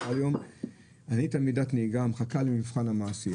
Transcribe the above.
והיא תלמידת נהיגה מחכה למבחן המעשי,